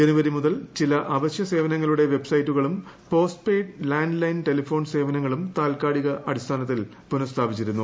ജനുവരി മുതൽ ചില അവശ്യ സേവനങ്ങളുടെ വെബ്സൈറ്റുകളും പോസ്റ്റ് പെയ്ഡ് ലാന്റ്ലൈൻ ടെലിഫോൺ സേവനങ്ങളും താൽക്കാലികാടിസ്ഥാനത്തിൽ പുനസ്ഥാപിച്ചിരുന്നു